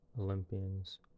Olympians